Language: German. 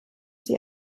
sie